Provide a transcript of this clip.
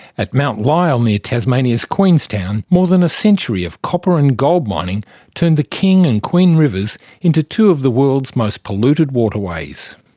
at mt lyell near tasmania's queenstown, more than a century of copper and gold mining turned the king and queen rivers into two of the world's most polluted waterways.